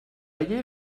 llei